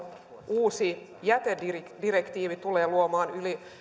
uusi jätedirektiivi tulee luomaan yli